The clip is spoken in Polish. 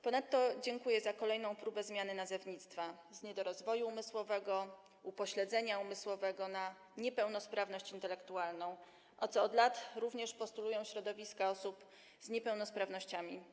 Ponadto dziękuję za kolejną próbę zmiany nazewnictwa z niedorozwoju umysłowego, upośledzenia umysłowego na niepełnosprawność intelektualną, co od lat postulują środowiska osób z niepełnosprawnościami.